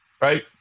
right